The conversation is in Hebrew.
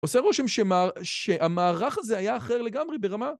עושה רושם שהמערך הזה היה אחר לגמרי ברמה